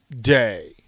day